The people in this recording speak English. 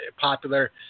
popular